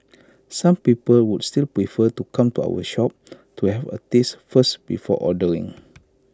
some people would still prefer to come to our shop to have A taste first before ordering